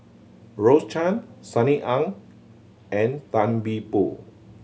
Rose Chan Sunny Ang and Tan See Boo